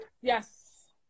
Yes